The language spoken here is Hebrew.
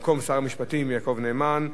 התשע"ב 2012,